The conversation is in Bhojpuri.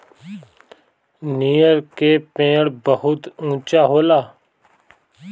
नरियर के पेड़ बहुते ऊँचा होला